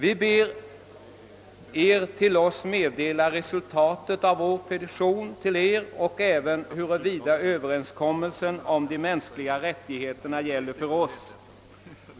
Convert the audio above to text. Vi ber Er till oss meddela resultatet av vår petition till Er, och även huruvida överenskommelsen om de mänskliga rättigheterna gäller för oss.